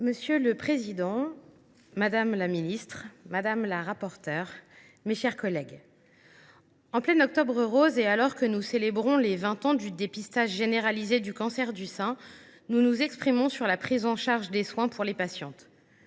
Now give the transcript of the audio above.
Sophie Romagny. Madame la présidente, madame la ministre, mes chers collègues, en plein Octobre rose et alors que nous célébrons les 20 ans du dépistage généralisé du cancer du sein, nous nous exprimons sur la prise en charge des soins pour les patientes.